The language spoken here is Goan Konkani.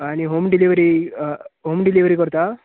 आनी हॉम डिलीवरी हॉम डिलीवरी करतां